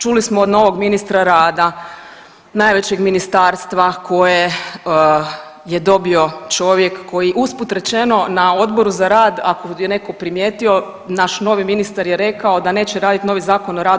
Čuli smo od novog ministra rada, najvećeg ministarstva koje je dobio čovjek koji uz put rečeno na Odboru za rad ako je neko primijetio naš novi ministar je rekao da neće radit novi Zakon o radu.